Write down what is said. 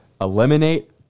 eliminate